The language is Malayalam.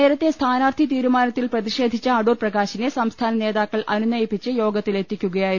നേരത്തെ സ്ഥാനാർത്ഥി തീരുമാനത്തിൽ പ്രതിഷേധിച്ച അടൂർപ്രകാശിനെ സംസ്ഥാന നേതാക്കൾ അനുനയിപ്പിച്ച് യോഗത്തിൽ എത്തിക്കുക യായിരുന്നു